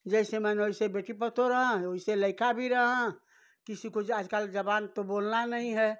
जैसे मन वैसे बेटी पतोहू रहें वैसे लड़का भी रहें किसी को तो आजकल ज़ुबान तो बोलना नहीं है